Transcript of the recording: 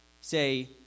say